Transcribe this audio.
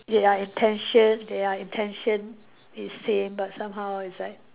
their intention their intention is same but somehow is like